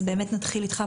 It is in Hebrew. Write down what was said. אז נתחיל איתך,